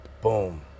boom